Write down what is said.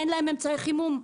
אין להם אמצעי חימום.